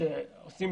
שעושים